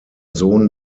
sohn